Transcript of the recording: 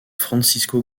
francisco